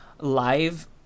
live